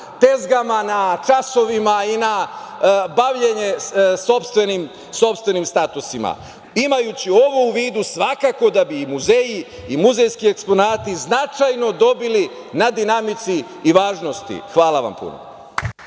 tezgama, na časovima i na bavljenjem sopstvenim statusima. Imajući ovo u vodu svakako da bi i muzeji i muzejski eksponati značajno dobili na dinamici i važnosti. Hvala puno.